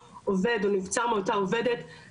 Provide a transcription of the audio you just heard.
לקום מהמיטה ולהסדיר את מעמדה.